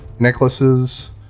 necklaces